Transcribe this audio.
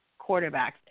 quarterbacks